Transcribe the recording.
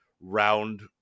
round